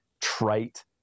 trite